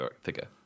figure